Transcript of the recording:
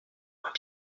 moins